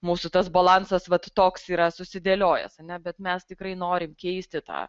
mūsų tas balansas vat toks yra susidėliojęs a ne bet mes tikrai norim keisti tą